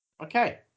Okay